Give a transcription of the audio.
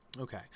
Okay